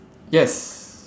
yes